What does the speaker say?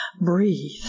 breathe